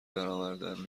درآوردن